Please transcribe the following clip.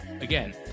Again